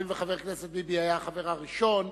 הואיל וחבר הכנסת ביבי היה החבר הראשון,